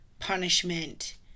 punishment